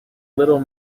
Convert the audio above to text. little